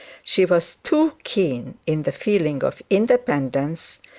she was too keen in the feeling of independence,